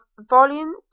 Volume